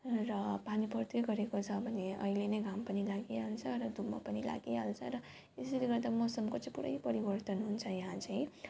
र पानी पर्दै गरेको छ भने अहिले नै घाम पनि लागिहाल्छ र धुम्म पनि लागिहाल्छ र यसरी गर्दा मौसमको चाहिँ पुरा परिवर्तन हुन्छ यहाँ चाहिँ